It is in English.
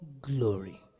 glory